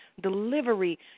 delivery